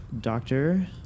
Doctor